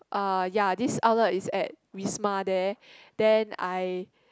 uh ya this outlet is at Wisma there then I